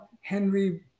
henry